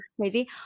crazy